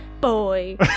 boy